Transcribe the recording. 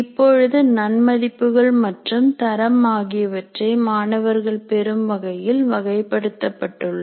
இப்பொழுது நன் மதிப்புகள் மற்றும் தரம் ஆகியவற்றை மாணவர்கள் பெறும் வகையில் வகைப்படுத்தப்பட்டுள்ள